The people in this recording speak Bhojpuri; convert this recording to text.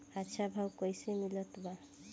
अच्छा भाव कैसे मिलत बा?